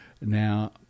Now